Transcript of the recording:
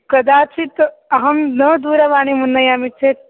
कदाचित् अहं न दूरवाणीम् उन्नयामि चेत्